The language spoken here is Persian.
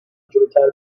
جلوتر